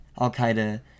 Al-Qaeda